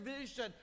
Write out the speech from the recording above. vision